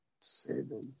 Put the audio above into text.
Seven